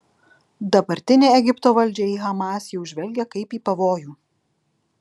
dabartinė egipto valdžia į hamas jau žvelgia kaip į pavojų